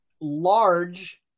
large